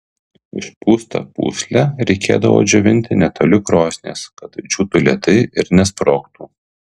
išpūstą pūslę reikėdavo džiovinti netoli krosnies kad džiūtų lėtai ir nesprogtų